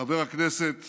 חבר הכנסת